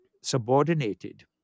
subordinated